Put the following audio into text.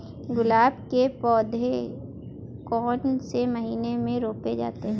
गुलाब के पौधे कौन से महीने में रोपे जाते हैं?